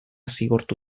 zigortu